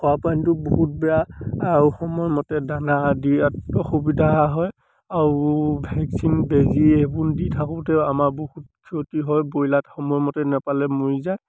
খোৱাপানীটো বহুত বেয়া আৰু সময়মতে দানা আদি ইয়াত অসুবিধা হয় আৰু ভেকচিন বেজী এইবোৰ দি থাকোঁতেও আমাৰ বহুত ক্ষতি হয় ব্ৰইলাৰত সময়মতে নেপালে মৰি যায়